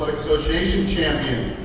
association champion.